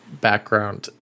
background